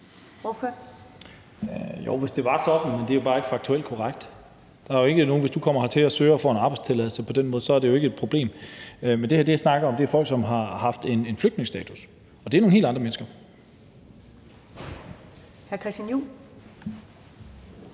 (NB): Jo, hvis det var sådan, men det er jo bare ikke faktuelt korrekt. Hvis du kommer hertil og ansøger om det og får en arbejdstilladelse på den måde, er det jo ikke et problem. Det, jeg snakker om her, er folk, som har haft flygtningestatus, og det er nogle helt andre mennesker. Kl.